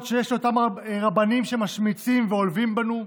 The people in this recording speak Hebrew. שיש לאותם רבנים שמשמיצים ועולבים בנו,